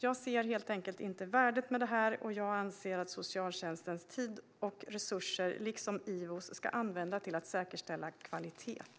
Jag ser helt enkelt inte värdet med det här. Jag anser att socialtjänstens och IVO:s tid och resurser ska användas till att säkerställa kvalitet.